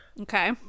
Okay